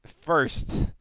first